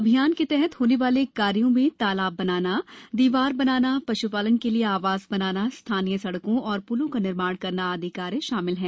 अभियान के तहत होने वाले कार्यो में तालाब बनाना दीवार बनाना पश्पालन के लिए आवास बनाना स्थानीय सड़कों और पुलों का निर्माण करना आदि कार्य शामिल है